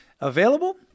available